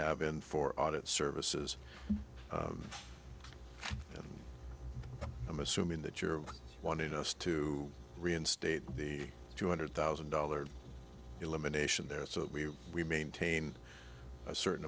have been for audit services and i'm assuming that you're wanting us to reinstate the two hundred thousand dollars elimination there so that we we maintain a certain